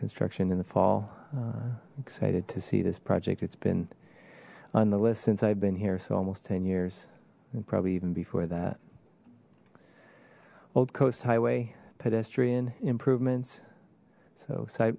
construction in the fall excited to see this project it's been on the list since i've been here so almost ten years and probably even before that old coast highway pedestrian improvements so si